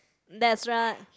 that's right